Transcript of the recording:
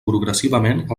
progressivament